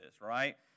right